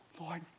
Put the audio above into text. Lord